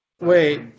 Wait